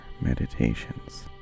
meditations